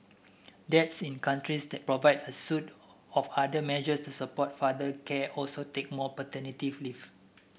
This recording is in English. dads in countries that provide a suite of other measures to support father care also take more paternity leave